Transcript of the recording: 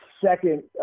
second